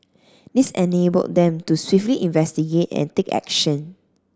this enabled them to swiftly investigate and take action